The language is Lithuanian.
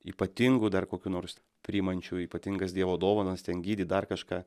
ypatingu dar kokiu nors priimančiu ypatingas dievo dovanas ten gydyt dar kažką